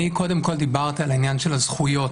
אני קודם כול דיברתי על העניין של הזכויות,